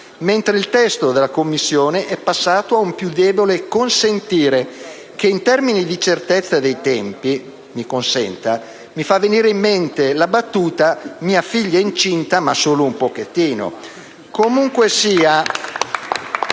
mentre il testo della Commissione è passato ad un più debole «consentire», che in termini di certezza dei tempi - mi consenta - mi fa venire in mente la battuta «mia figlia è incinta, ma solo un pochettino».